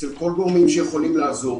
אצל כל הגורמים שיכולים לעזור.